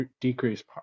decrease